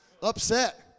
Upset